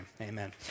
amen